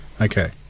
Okay